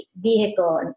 vehicle